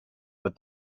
but